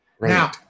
Now